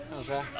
Okay